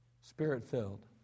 Spirit-filled